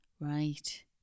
right